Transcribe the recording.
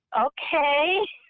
okay